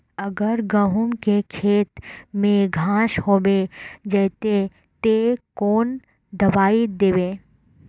अगर गहुम के खेत में घांस होबे जयते ते कौन दबाई दबे?